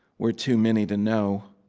we're too many to know.